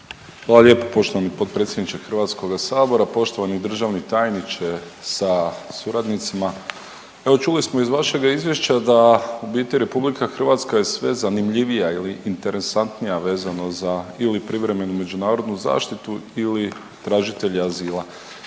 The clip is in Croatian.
Hvala lijepo poštovani potpredsjedniče Hrvatskoga sabora. Poštovani državni tajniče sa suradnicima, evo čuli smo iz vašega izvješća da u biti RH je sve zanimljivija ili interesantnija vezano za ili privremenu međunarodnu zaštitu ili tražitelje azila.